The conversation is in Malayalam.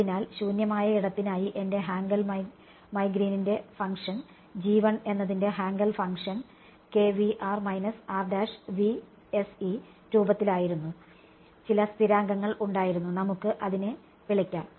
അതിനാൽ ശൂന്യമായ ഇടത്തിനായി എന്റെ ഹാങ്കൽ മൈ ഗ്രീനിന്റെ function Hankel my Green's function എന്നതിന്റെ ഹാങ്കെൽ ഫംഗ്ഷൻ രൂപത്തിലായിരുന്നു ചില സ്ഥിരാങ്കങ്ങൾ ഉണ്ടായിരുന്നു നമുക്ക് അതിനെ വിളിക്കാം